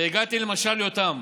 והגעתי למשל יותם.